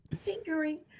tinkering